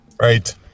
Right